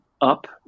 up